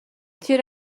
تیر